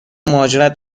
مهاجرت